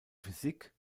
physik